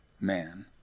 man